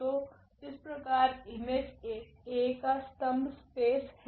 तो इस प्रकारIm𝐴 A का स्तंभ स्पेस है